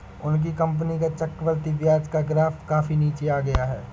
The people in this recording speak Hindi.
उनकी कंपनी का चक्रवृद्धि ब्याज का ग्राफ काफी नीचे आ गया है